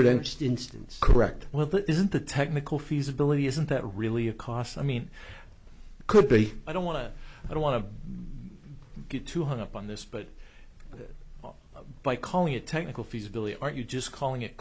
against instance correct well that isn't the technical feasibility isn't that really a cost i mean could be i don't want to i don't want to get too hung up on this but by calling it technical feasibility are you just calling it